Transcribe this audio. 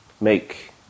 make